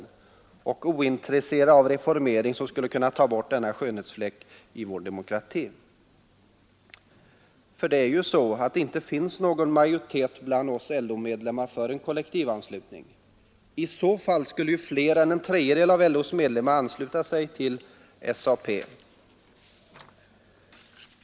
Man tycks vara ointresserad av en reformering som skulle kunna ta bort denna skönhetsfläck i vår demokrati. För det är ju så att det inte finns någon majoritet bland oss LO-medlemmar för en kollektivanslutning. I annat fall skulle väl fler än en tredjedel av LO:s medlemmar ansluta sig till SAP.